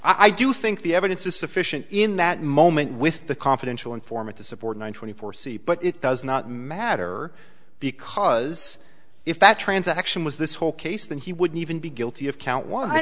i do think the evidence is sufficient in that moment with the confidential informant to support one twenty four c but it does not matter because if that transaction was this whole case then he wouldn't even be guilty of count